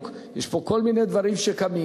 יש פה כל מיני דברים שקמים